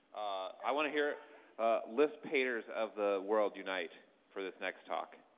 i want to hear lisp-haters of the world unite for this next talk.